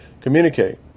communicate